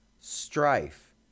strife